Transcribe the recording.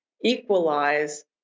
equalize